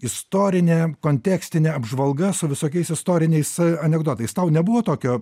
istorinė kontekstinė apžvalga su visokiais istoriniais anekdotais tau nebuvo tokio